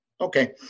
Okay